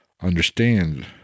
understand